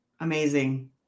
Amazing